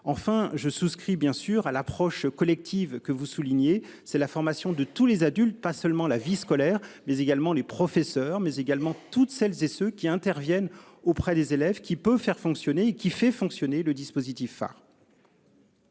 enfin je souscris bien sûr à l'approche collective que vous soulignez, c'est la formation de tous les adultes, pas seulement la vie scolaire mais également les professeurs mais également toutes celles et ceux qui interviennent auprès des élèves qui peut faire fonctionner qui fait fonctionner le dispositif hein.